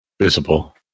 visible